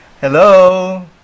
Hello